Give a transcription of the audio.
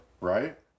Right